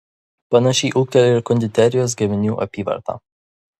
panašiai ūgteli ir konditerijos gaminių apyvarta